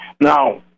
Now